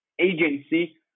agency